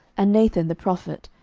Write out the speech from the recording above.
and nathan the prophet,